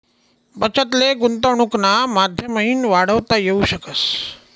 बचत ले गुंतवनुकना माध्यमतीन वाढवता येवू शकस